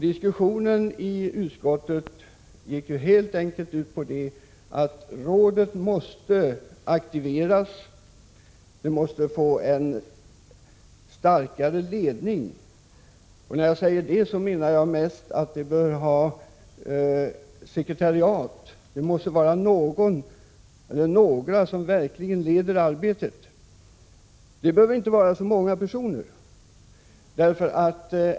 Diskussionen i utskottet gick helt enkelt ut på att rådet måste aktiveras och få en starkare ledning. Med det menar jag att rådet bör ha ett sekretariat. Det måste finnas någon eller några som verkligen leder arbetet. Det behöver inte vara så många personer.